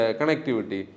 connectivity